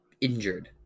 injured